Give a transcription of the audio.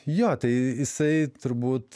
jo tai jisai turbūt